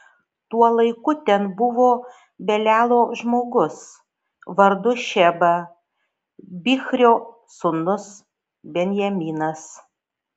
tuo laiku ten buvo belialo žmogus vardu šeba bichrio sūnus benjaminas